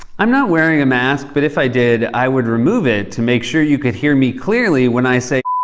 i'm not wearing a mask, but if i did, i would remove it to make sure you could hear me clearly when i say,